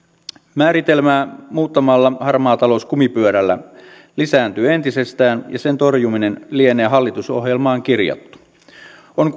määritelmää muuttamalla harmaa talous kumipyörällä lisääntyy entisestään ja sen torjuminen lienee hallitusohjelmaan kirjattu on